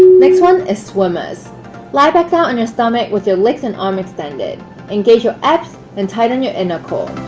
next one is swimmers lie back down on your stomach with your legs and arm extended engage your abs and tighten your inner core